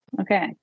Okay